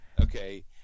Okay